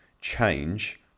change